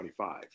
25